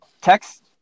text